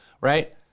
right